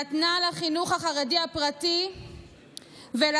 היא נתנה לחינוך החרדי הפרטי ולחינוך